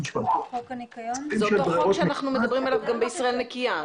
זה אותו חוק שא נחנו מדברים עליו גם בישראל נקיה.